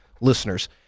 listeners